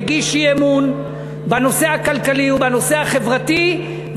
מגיש אי-אמון בנושא הכלכלי ובנושא החברתי,